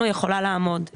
היא צריכה לעמוד בתקרה.